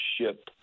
ship